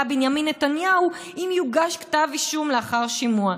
בנימין נתניהו אם יוגש כתב אישום לאחר שימוע.